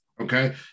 okay